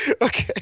Okay